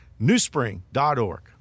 newspring.org